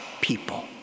people